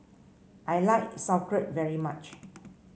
I like Sauerkraut very much